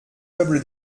meuble